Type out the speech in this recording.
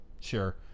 Sure